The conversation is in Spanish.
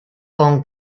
con